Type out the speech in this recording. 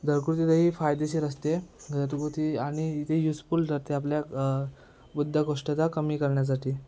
घरगुती दही फायदेशीर असते घरगुती आणि इथे यूजफुल राहते आपल्या बद्धकोष्ठता कमी करण्यासाठी